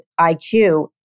IQ